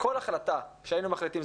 כל החלטה שהיינו מחליטים,